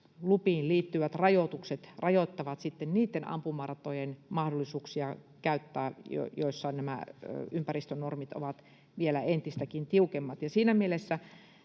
liittyvät rajoitukset rajoittavat niitten ampumaratojen käyttömahdollisuuksia, joissa nämä ympäristönormit ovat vielä entistäkin tiukemmat.